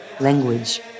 Language